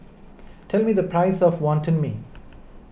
tell me the price of Wantan Mee